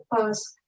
past